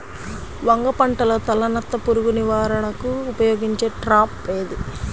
వంగ పంటలో తలనత్త పురుగు నివారణకు ఉపయోగించే ట్రాప్ ఏది?